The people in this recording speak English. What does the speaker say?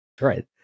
Right